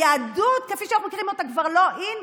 היהדות כפי שאנחנו מכירים אותה כבר לא in,